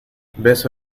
beso